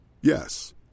Yes